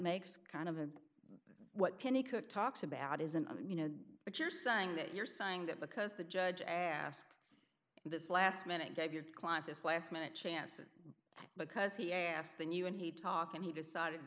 makes kind of a what kenny cook talks about isn't i mean you know but you're saying that you're saying that because the judge asked this last minute get your client this last minute chances because he asked then you and he talk and he decided